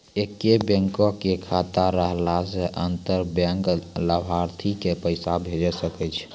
एक्के बैंको के खाता रहला से अंतर बैंक लाभार्थी के पैसा भेजै सकै छै